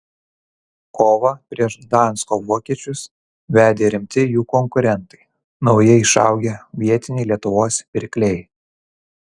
kovą prieš gdansko vokiečius vedė rimti jų konkurentai naujai išaugę vietiniai lietuvos pirkliai